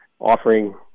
offering